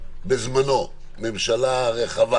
בזמנו ממשלה רחבה